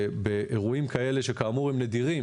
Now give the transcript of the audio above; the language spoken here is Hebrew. באירועים כאלה שהם כאמור נדירים,